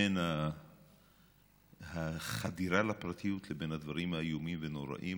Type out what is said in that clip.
בין החדירה לפרטיות לבין הדברים האיומים והנוראים,